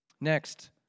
Next